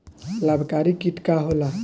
लाभकारी कीट का होला?